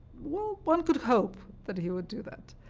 well, one could hope that he would do that.